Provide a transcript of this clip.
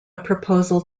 proposal